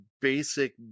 basic